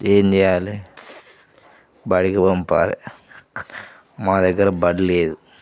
ఏం చేయాలి బడికి పంపాలి మా దగ్గర బడిలేదు